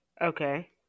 Okay